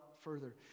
further